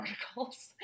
articles